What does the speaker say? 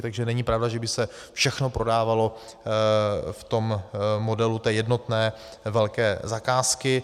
Takže není pravda, že by se všechno prodávalo v modelu jednotné velké zakázky.